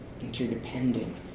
interdependent